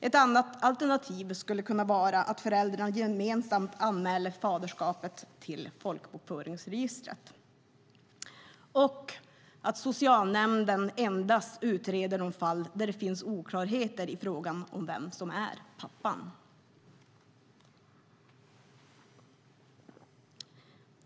Ett annat alternativ kan vara att föräldrarna gemensamt anmäler faderskapet till folkbokföringsregistret och att socialnämnden endast utreder de fall där det finns oklarheter i frågan om vem som är pappan.